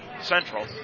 Central